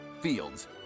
Fields